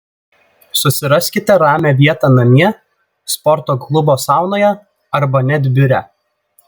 susiraskite ramią vietą namie sporto klubo saunoje arba net biure